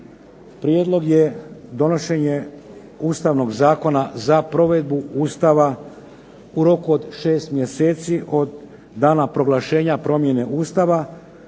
prijedlog je donošenje Ustavnog zakona za provedbu Ustava u roku od šest mjeseci od dana proglašenja promjene Ustava